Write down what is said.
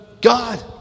God